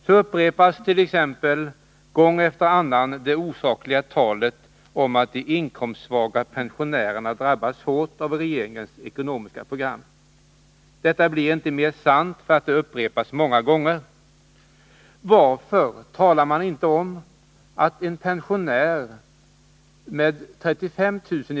Så upprepas t.ex. gång efter annan det osakliga talet om att de inkomstsvaga pensionärerna drabbas hårt av regeringens ekonomiska program. Detta blir inte mer sant därför att det upprepas många gånger. Varför talar man inte om att en pensionär med 35 000 kr.